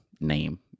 name